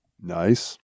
Nice